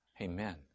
Amen